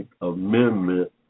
Amendment